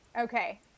okay